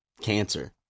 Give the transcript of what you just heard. Cancer